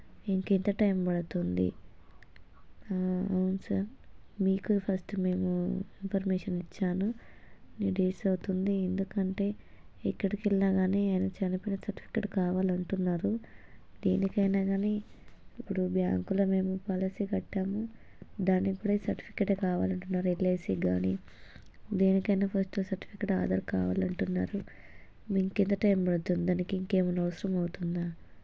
ఇంకెంత టైం పడుతుంది అవున్ సార్ మీకే ఫస్ట్ మేము ఇన్ఫర్మేషన్ ఇచ్చాను ఇన్ని డేస్ అవుతుంది ఎందుకంటే ఎక్కడికి వెళ్ళినా కాని ఆయన చనిపోయిన సర్టిఫికెట్ కావాలంటున్నారు దేనికైనా గాని ఇప్పుడు బ్యాంక్లో మేము పాలసీ కట్టాము దానికి కూడా ఈ సర్టిఫికెటే కావాలంటున్నారు ఎల్ఐసికి కాని దేనికైనా ఫస్టు సర్టిఫికెట్ ఆధార్ కావాలి అంటున్నారు ఇంకెంత టైం పడుతుంది దానికి ఇంకేమైనా అవసరం అవుతుందా